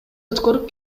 өткөрүп